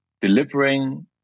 delivering